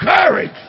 courage